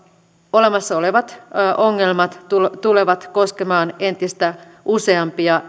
olemassa olevat ongelmat tulevat tulevat koskemaan entistä useampia